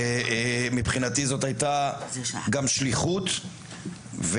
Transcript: ומבחינתי זאת הייתה גם שליחות,